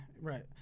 right